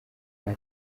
nta